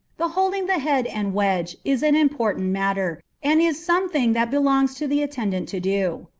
the holding the head and wedge is an important matter, and is some thing that belongs to the attendant to do.